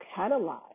catalyze